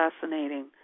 fascinating